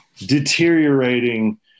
deteriorating